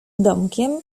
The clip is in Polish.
domkiem